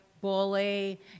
bully